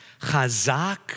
Chazak